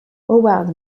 howard